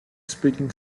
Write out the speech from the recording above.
speaking